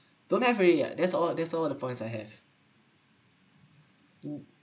don't have already ah that's all that's all the points I have